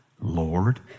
Lord